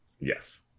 Yes